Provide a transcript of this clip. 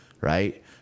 right